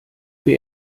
wer